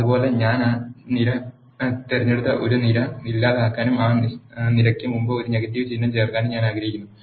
അതുപോലെ ഞാൻ ആ നിര തിരഞ്ഞെടുത്ത ഒരു നിര ഇല്ലാതാക്കാനും ആ നിരയ്ക്ക് മുമ്പ് ഒരു നെഗറ്റീവ് ചിഹ്നം ചേർക്കാനും ഞാൻ ആഗ്രഹിക്കുന്നു